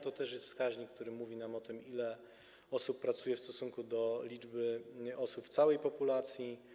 To wskaźnik, który mówi nam o tym, ile osób pracuje w stosunku do liczby osób w całej populacji.